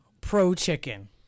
pro-chicken